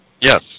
Yes